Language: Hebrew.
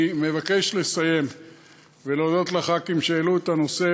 אני מבקש לסיים ולהודות לחברי הכנסת שהעלו את הנושא